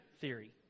theory